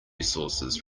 sources